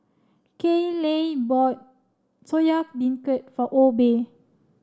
Kayley bought Soya Beancurd for Obe